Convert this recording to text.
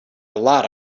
lot